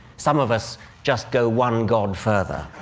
some of us just go one god further.